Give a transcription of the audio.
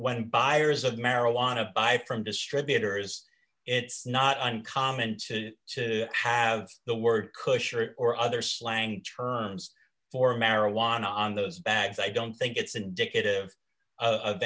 when buyers of marijuana buy from distributors it's not uncommon to have the word kush or other slang terms for marijuana on those bags i don't think it's indicative of